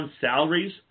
salaries